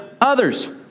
others